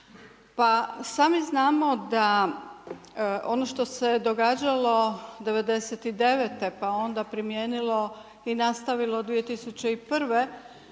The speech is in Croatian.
Pa sami znamo da ono što se događalo 99. pa onda primijenilo i nastavilo 2001.